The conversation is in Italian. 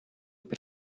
per